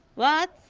what?